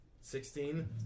Sixteen